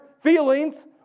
feelings